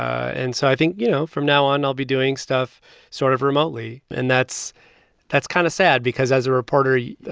and so i think, you know, from now on, i'll be doing stuff sort of remotely. and that's that's kind of sad because as a reporter you know,